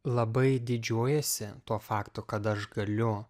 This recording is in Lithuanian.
labai didžiuojuosi tuo faktu kad aš galiu